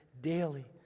daily